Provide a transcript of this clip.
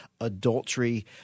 adultery